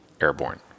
airborne